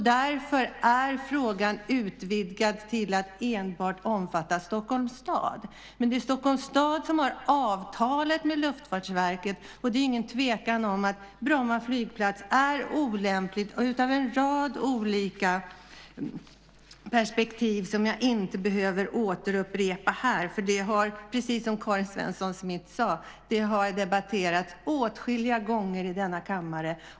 Därför är frågan utvidgad till att enbart omfatta Stockholms stad. Men det är Stockholms stad som har avtalet med Luftfartsverket. Det är ingen tvekan om att Bromma flygplats är olämplig ur en rad olika perspektiv, som jag inte behöver upprepa här. Det har, precis som Karin Svensson Smith sade, debatterats åtskilliga gånger i denna kammare.